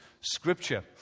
scripture